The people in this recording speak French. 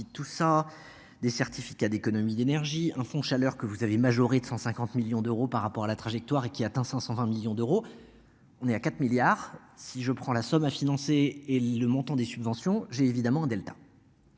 tout ça des certificats d'économie d'énergie. Un fonds chaleur que vous avez majorée de 150 millions d'euros par rapport à la trajectoire et qui atteint 100, 120 millions d'euros. On est à 4 milliards si je prends la somme à financer et le montant des subventions j'ai évidemment Delta.